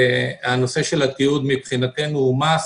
נושא התיעוד מבחינתנו הוא must,